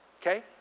Okay